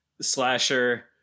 slasher